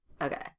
Okay